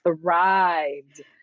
thrived